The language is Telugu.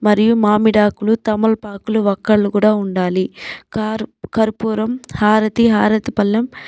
మరియు మామిడాకులు తమలపాకులు వక్కలు కూడా ఉండాలి కార్ కర్పూరం హారతి హారతి పల్లెం